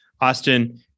Austin